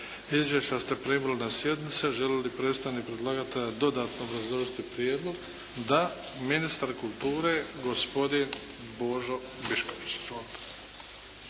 Izvješća ste primili na sjednici. Želi li predstavnik predlagatelja dodatno obrazložiti prijedlog? Da. Ministar kulture gospodin Božo Biškupić.